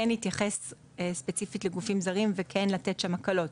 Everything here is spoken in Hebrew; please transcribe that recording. להתייחס ספציפית לגופים זרים וכן לתת שם הקלות.